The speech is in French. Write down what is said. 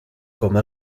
comme